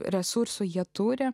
resursų jie turi